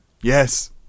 Yes